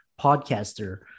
podcaster